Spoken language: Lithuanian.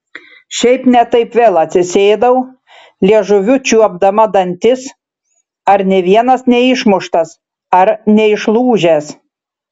šiaip ne taip vėl atsisėdau liežuviu čiuopdama dantis ar nė vienas neišmuštas ar neišlūžęs